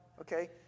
Okay